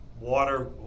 water